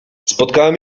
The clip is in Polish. spotkałem